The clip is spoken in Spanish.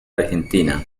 argentina